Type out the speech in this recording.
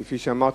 כפי שאמרת,